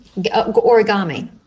origami